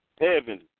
Heaven